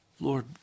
Lord